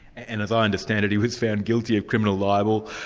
and as i understand it, he was found guilty of criminal libel,